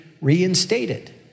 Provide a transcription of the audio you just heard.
reinstated